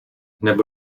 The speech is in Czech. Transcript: někdo